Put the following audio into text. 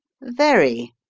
very,